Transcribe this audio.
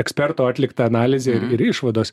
eksperto atlikta analizė ir ir išvados